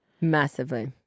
Massively